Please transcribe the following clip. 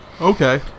Okay